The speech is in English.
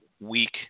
week